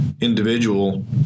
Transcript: individual